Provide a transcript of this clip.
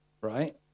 right